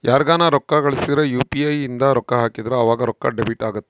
ಯಾರ್ಗನ ರೊಕ್ಕ ಕಳ್ಸಿದ್ರ ಯು.ಪಿ.ಇ ಇಂದ ರೊಕ್ಕ ಹಾಕಿದ್ರ ಆವಾಗ ರೊಕ್ಕ ಡೆಬಿಟ್ ಅಗುತ್ತ